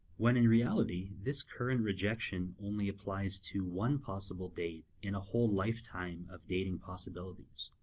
when in reality this current rejection only applies to one possible date in a whole lifetime of dating possibilities.